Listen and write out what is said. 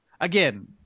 Again